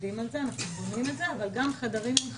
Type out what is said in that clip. בונים את זה, אבל גם חדרים עם חלון,